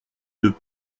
deux